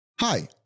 Hi